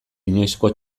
inoizko